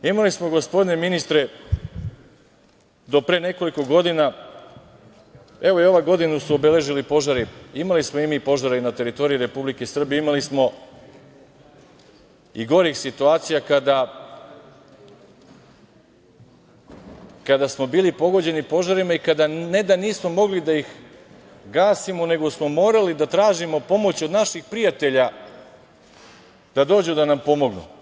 Imali smo gospodine ministre do pre nekoliko godina, a evo i ove godine su obeležili požari, imali smo i mi požare i na teritoriji Republike Srbije, imali smo i gorih situacija kada smo bili pogođeni požarima i kada, ne da nismo mogli da ih gasimo, nego smo morali da tražimo pomoć od naših prijatelja da dođu da nam pomognu.